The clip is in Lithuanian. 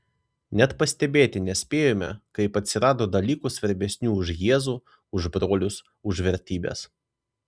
net pastebėti nespėjome kaip atsirado dalykų svarbesnių už jėzų už brolius už vertybes